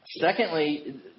Secondly